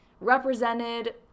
represented